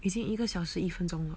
已经一个小时一分钟